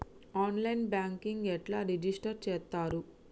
On line banking ఎట్లా register చేత్తరు?